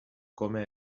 come